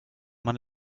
man